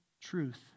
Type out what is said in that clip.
truth